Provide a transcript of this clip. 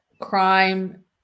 crime